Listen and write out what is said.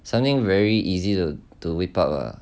something very easy to to whip up lah